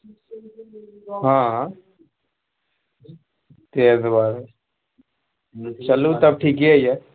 हँ ताहि दुआरे चलू तब ठीके यऽ